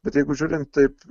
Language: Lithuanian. bet jeigu žiūrint taip